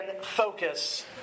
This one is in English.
focus